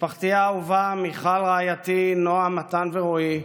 משפחתי האהובה, מיכל רעייתי, נועה, מתן ורועי,